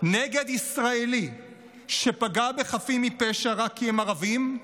נגד ישראלי שפגע בחפים מפשע רק כי הם ערבים,